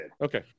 Okay